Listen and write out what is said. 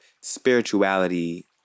spirituality